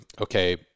okay